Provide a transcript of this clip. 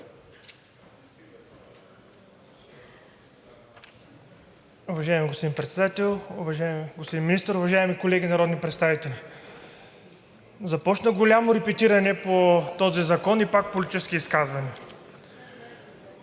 Уважаеми господин Председател, уважаеми господин Вицепремиер, уважаеми колеги народни представители! Започна голямо репетиране по този закон и пак политически изказвания.